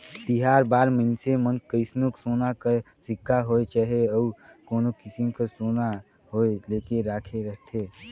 तिहार बार मइनसे मन कइसनो सोना कर सिक्का होए चहे अउ कोनो किसिम कर सोना होए लेके राखे रहथें